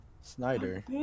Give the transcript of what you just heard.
Snyder